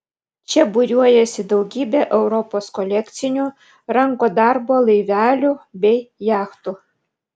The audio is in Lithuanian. čia būriuojasi daugybė europos kolekcinių rankų darbo laivelių bei jachtų